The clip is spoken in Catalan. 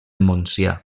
montsià